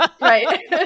right